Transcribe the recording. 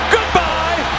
Goodbye